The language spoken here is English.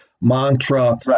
mantra